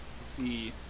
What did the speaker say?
See